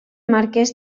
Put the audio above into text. marquès